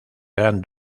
gran